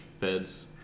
Feds